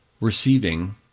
receiving